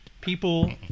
people